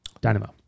Dynamo